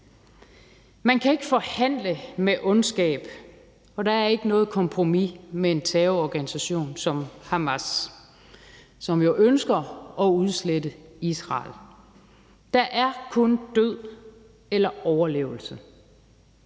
Man kan ikke forhandle med ondskab, for der er ikke noget kompromis med en terrororganisation som Hamas, som jo ønsker at udslette Israel. Der er kun død eller overlevelse.